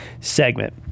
segment